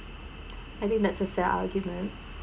I think that's a fair argument